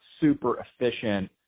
super-efficient